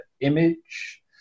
image